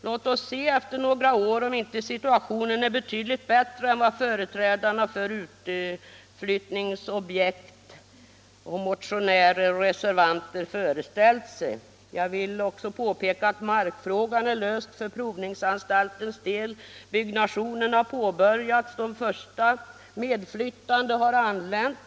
Låt oss se om inte om några år situationen är betydligt bättre än vad motionärer och reservanter föreställt sig. Jag vill också påpeka att markfrågan för provningsanstaltens del är löst, byggnationen har påbörjats och de första medflyttande har anlänt.